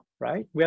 right